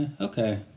Okay